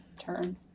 turn